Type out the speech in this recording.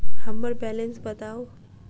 हम्मर बैलेंस बताऊ